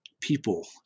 people